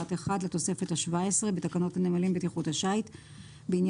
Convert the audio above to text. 1 לתוספת השבע עשרה בתקנות הנמלים בטיחות השיט בעניין